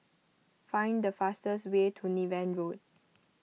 find the fastest way to Niven Road